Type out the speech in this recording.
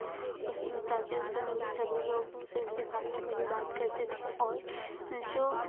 उस प्राचीन समय में सभी लोग संस्कृत भाषा में ही बात करते थे और जो